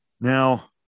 Now